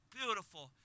beautiful